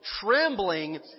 trembling